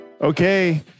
okay